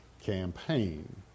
campaign